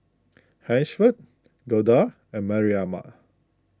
Hansford Golda and Mariam